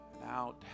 out